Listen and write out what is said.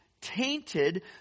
tainted